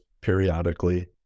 periodically